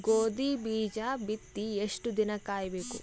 ಗೋಧಿ ಬೀಜ ಬಿತ್ತಿ ಎಷ್ಟು ದಿನ ಕಾಯಿಬೇಕು?